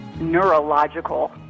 neurological